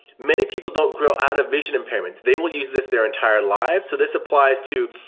many people don't grow out of vision impairments, they will use this their entire lives. so this applies to.